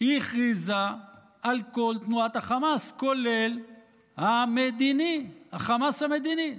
היא הכריזה על כל תנועת החמאס, כולל החמאס המדיני.